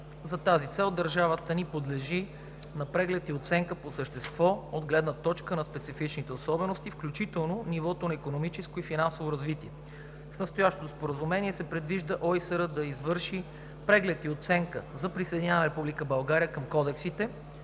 За тази цел държавата ни подлежи на преглед и оценка по същество от гледна точка на специфичните особености, включително нивото на икономическо и финансово развитие. С настоящото споразумение се предвижда ОИСР да извърши преглед и оценка за присъединяване на Република България към Кодексите,